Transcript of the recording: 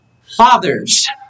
fathers